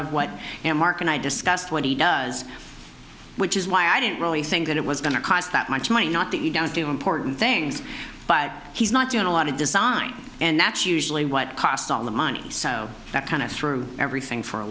of what and marc and i discussed what he does which is why i didn't really think that it was going to cost that much money not that you don't do important things he's not doing a lot of design and that's usually what cost all the money so that kind of threw everything for a